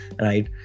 right